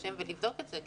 ולבדוק את זה.